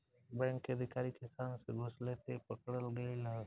bank के अधिकारी किसान से घूस लेते पकड़ल गइल ह